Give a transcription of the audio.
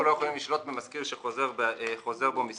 אנחנו לא יכולים לשלוט במשכיר שחוזר בו מסיכומים,